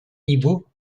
niveaux